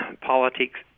politics